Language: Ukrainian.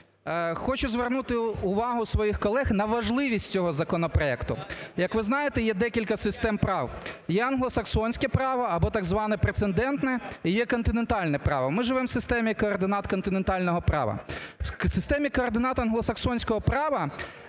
Хочу звернути увагу своїх колег на важливість цього законопроекту. Як ви знаєте, є декілька систем прав, є англосаксонське право або так зване прецедентне і континентальне право. Ми живемо в системі координат континентального права. В системі координат англосаксонського права